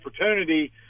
opportunity